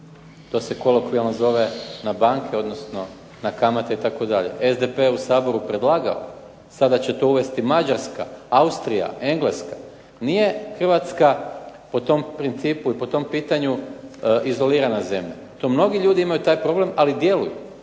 To se kolokvijalno zove na banke odnosno na kamate itd. SDP je u Saboru predlagao. Sada će to uvesti Mađarska, Austrija, Engleska. Nije Hrvatska po tom principu i po tom pitanju izolirana zemlja. To mnogi ljudi imaju taj problem, ali djeluju.